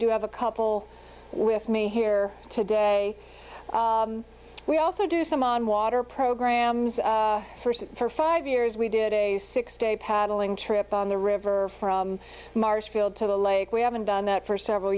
do have a couple with me here today we also do some on water programs first for five years we did a six day paddling trip on the river from marshfield to the lake we haven't done that for several